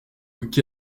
week